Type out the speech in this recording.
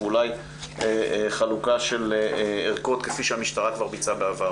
ואולי חלוקה של ערכות כפי שהמשטרה כבר ביצעה בעבר.